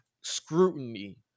scrutiny